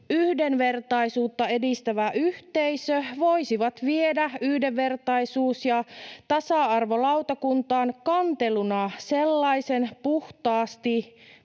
yhdenvertaisuutta edistävä yhteisö voisi viedä yhdenvertaisuus- ja tasa-arvolautakuntaan kanteluna sellaisen vain puhtaasti